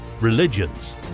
religions